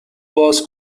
باز